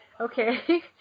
Okay